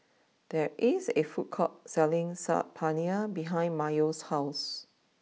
there is a food court selling Saag Paneer behind Mayo's house